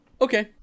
Okay